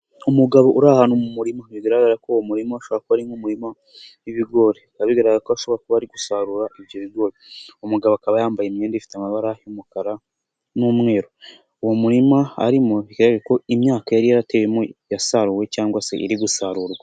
Ni umugabo uri ahantu mu murima bibigaragara ko uwo muririma ashobora kuba ari nk'umurima w'ibigori, bikaba bigaragaza ko ashobora kuba ari gusarura ibyo bigori, umugabo akaba yambaye imyenda ifite amabara y'umukara n'umweru, uwo murima ari mu imyaka yari yarateye yasaruwe cyangwa se iri gusarurwa.